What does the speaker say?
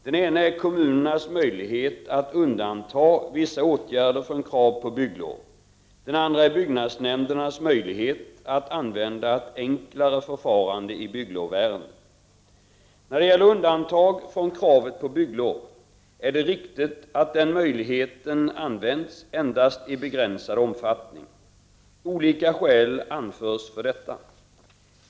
Den ena är kommunernas möjlighete att undanta vissa åtgärder från krav på bygglov. Den andra är byggnadsnämndernas möjlighet att använda ett enklare förfarande i bygglovsärenden. När det gäller undantag från kravet på bygglov är det riktigt att den möjligheten använts endast i begränsad omfattning. Olika skäl anförs för detta.